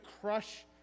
crush